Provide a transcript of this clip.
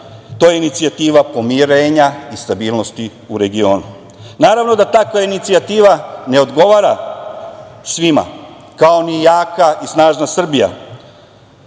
To je inicijativa pomirenja i stabilnosti u regionu. Naravno da takva inicijativa ne odgovara svima, kao ni jaka i snažna Srbija.